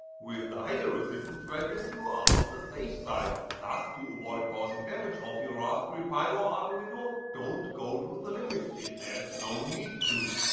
with the higher resistance values you are on the safe side, thus to avoid causing damage of your raspberry pi or arduino, don't go to the limits if there is no need to.